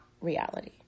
reality